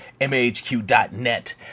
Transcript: MAHQ.net